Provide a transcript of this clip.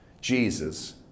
Jesus